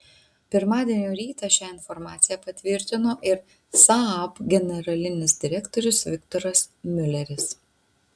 pirmadienio rytą šią informaciją patvirtino ir saab generalinis direktorius viktoras miuleris